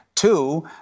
Two